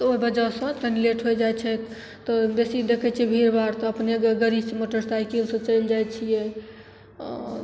तऽ ओहि वजहसे तनि लेट होइ जाइ छै तऽ बेसी देखै छिए भीड़ भाड़ तऽ अपने गाड़ीसे मोटरसाइकिलसे चलि जाइ छिए